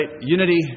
Unity